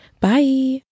Bye